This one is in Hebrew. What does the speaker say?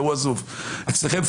אמרו: אצלכם,